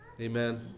amen